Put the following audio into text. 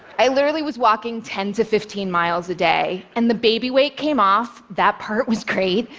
i literally was walking ten to fifteen miles a day, and the baby weight came off. that part was great.